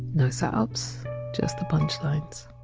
no setups just the punchlines